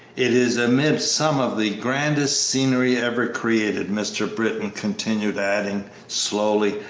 it is amid some of the grandest scenery ever created, mr. britton continued, adding, slowly,